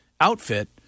outfit